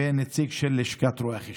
נציג של לשכת רואי החשבון,